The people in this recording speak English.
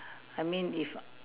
I mean if